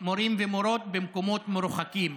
מורים ומורות במקומות מרוחקים.